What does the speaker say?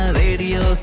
radio